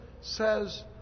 says